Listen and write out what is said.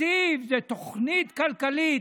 שתקציב זה תוכנית כלכלית.